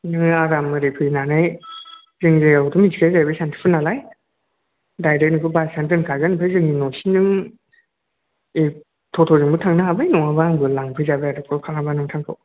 नोङो आराम ओरै फैनानै जोंनि जायगाखौथ' मिथिखायो जाहैबाय सान्तिपुर नालाय डाइरेक्ट नोंखौ बासानो दोनखागोन ओमफ्राय जोंनि न'सिमाव नों टट'जोंबो थांनो हाबाय नङाबा आंबो लांफै जाबाय आरो कल खालामनानै नोंथांखौ